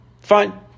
Fine